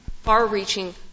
far-reaching